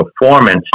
performance